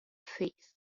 faith